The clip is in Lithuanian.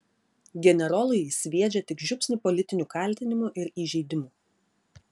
generolui jis sviedžia tik žiupsnį politinių kaltinimų ir įžeidimų